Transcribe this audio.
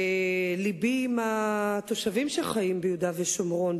לבי עם התושבים שחיים ביהודה ושומרון.